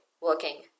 working